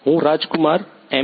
હું રાજકુમાર એમ